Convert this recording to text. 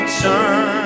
turn